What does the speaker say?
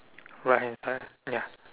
right hand side ya